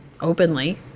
openly